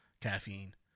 caffeine